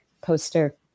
poster